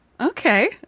Okay